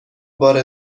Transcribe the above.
بار